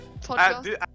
podcast